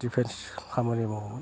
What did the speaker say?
defence खामानि मावोमोन